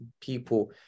people